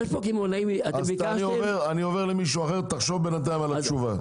אני עובר למישהו אחר, חשוב בינתיים על תשובה.